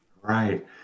Right